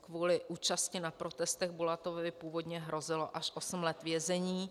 Kvůli účasti na protestech Bulatovovi původně hrozilo až osm let vězení.